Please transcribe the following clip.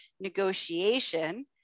negotiation